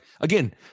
again